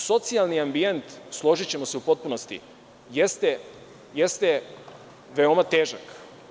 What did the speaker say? Socijalni ambijent, složićemo se u potpunosti, jeste veoma težak.